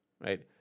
Right